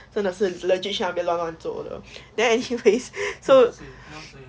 真的是 legit 去那边乱乱做的 then actually grace